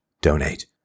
donate